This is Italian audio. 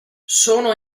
sono